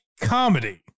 comedy